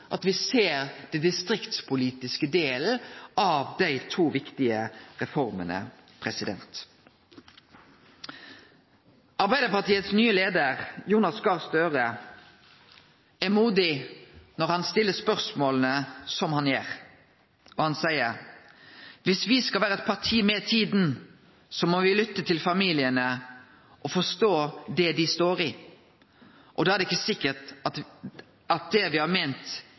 at me ser den distriktspolitiske delen av dei to viktige reformene. Arbeidarpartiets nye leiar, Jonas Gahr Støre, er modig når han stiller spørsmåla slik han gjer. Han seier: «Hvis vi skal være et parti med i tiden, så må vi lytte til familiene og forstå det de står i. Og da er det ikke sikkert at det vi har ment